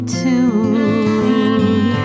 tune